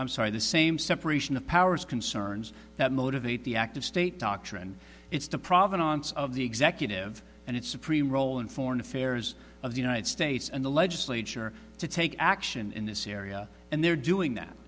i'm sorry the same separation of powers concerns that motivate the active state doctrine it's the provenance of the executive and its supreme role in foreign affairs of the united states and the legislature to take action in this area and they're doing that